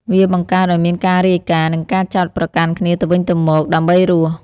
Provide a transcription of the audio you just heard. វាបង្កើតឱ្យមានការរាយការណ៍ និងការចោទប្រកាន់គ្នាទៅវិញទៅមកដើម្បីរស់។